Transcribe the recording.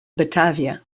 batavia